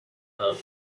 coral